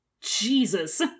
Jesus